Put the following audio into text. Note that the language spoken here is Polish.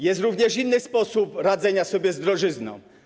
Jest również inny sposób radzenia sobie z drożyzną.